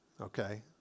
Okay